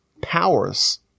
powers